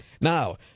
Now